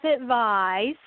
advice